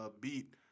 Beat